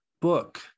book